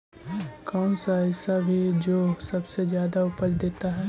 कौन सा ऐसा भी जो सबसे ज्यादा उपज देता है?